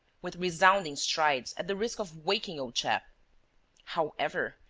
with resounding strides, at the risk of waking old chap however,